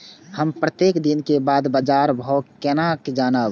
हम प्रत्येक दिन के बाद बाजार भाव केना जानब?